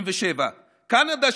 77%; קנדה,